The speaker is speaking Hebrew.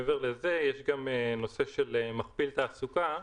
מעבר לזה יש גם נושא של מכפיל תעסוקה,